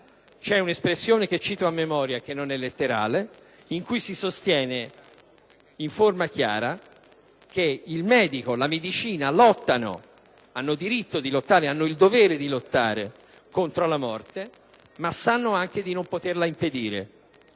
C'è un'espressione, che cito a memoria e che non è letterale, in cui si sostiene in forma chiara che il medico e la medicina lottano, hanno il diritto e il dovere di lottare contro la morte, ma sanno anche di non poterla impedire